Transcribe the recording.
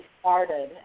started